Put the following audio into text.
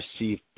receive